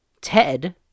Ted